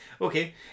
Okay